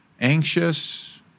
anxious